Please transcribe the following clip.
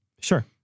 Sure